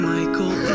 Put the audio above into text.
Michael